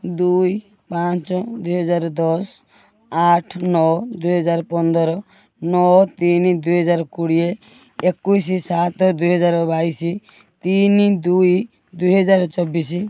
ଦୁଇ ପାଞ୍ଚ ଦୁଇ ହଜାର ଦଶ ଆଠ ନଅ ଦୁଇ ହଜାର ପନ୍ଦର ନଅ ତିନି ଦୁଇ ହଜାର କୋଡ଼ିଏ ଏକୋଇଶି ସାତ ଦୁଇ ହଜାର ବାଇଶି ତିନି ଦୁଇ ଦୁଇ ହଜାର ଚବିଶି